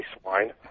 swine